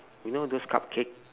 you know those cupcake